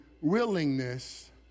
willingness